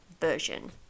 version